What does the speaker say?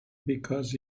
because